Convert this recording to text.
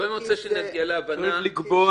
קודם אני רוצה שנגיע להבנה --- צריך לקבוע